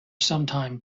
sometime